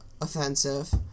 Offensive